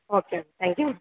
okay thank you